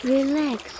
Relax